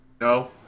No